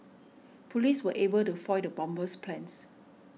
police were able to foil the bomber's plans